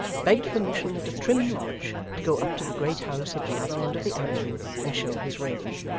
begged permission at a trim lodge to go up to the great house, at the other end of the avenue, and show his raven.